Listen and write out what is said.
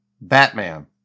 Batman